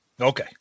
Okay